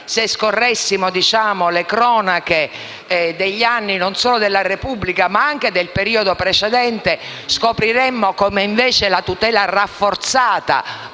se scorressimo le cronache degli anni, non solo della Repubblica, ma anche del periodo precedente, scopriremmo come invece la tutela rafforzata,